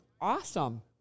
awesome